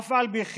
אף על פי כן,